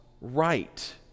right